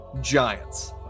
giants